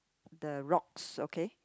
the rocks okay